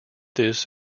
this